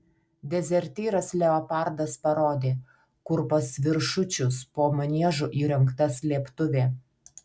dezertyras leopardas parodė kur pas viršučius po maniežu įrengta slėptuvė